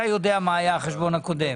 אתה יודע מה היה החשבון הקודם,